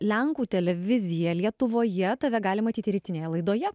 lenkų televiziją lietuvoje tave gali matyti ir rytinėje laidoje